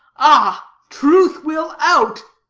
ah, truth will out!